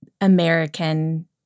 American